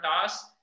tasks